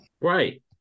Right